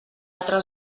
altra